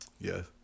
Yes